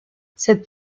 cette